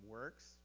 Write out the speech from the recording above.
works